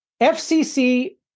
FCC